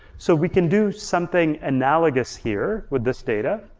so we can do something analogous here with this data.